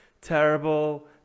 terrible